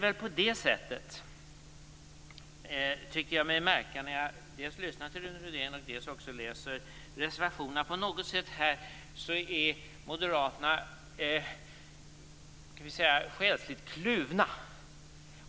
När jag lyssnar till Rune Rydén och läser reservationerna tycker jag mig märka att Moderaterna på något sätt här är själsligt kluvna.